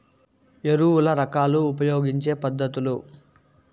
ఎరువుల రకాలు ఉపయోగించే పద్ధతులు?